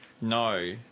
No